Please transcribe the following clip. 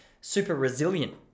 super-resilient